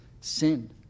sin